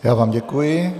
Já vám děkuji.